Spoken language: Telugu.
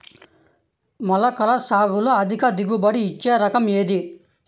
మొలకల సాగులో అధిక దిగుబడి ఇచ్చే రకం ఏది?